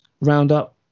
roundup